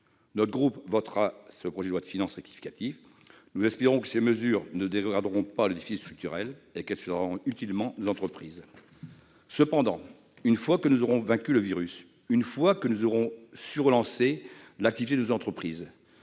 Mon groupe votera ce projet de loi de finances rectificative. Nous espérons que les mesures prévues ne dégraderont pas le déficit structurel et qu'elles soutiendront utilement nos entreprises. Cependant, une fois que nous aurons vaincu le virus, une fois que nous aurons su relancer l'activité de nos entreprises,